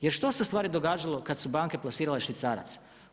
Jer što se ustvari događalo kada su banke plasirale švicarac?